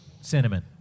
Cinnamon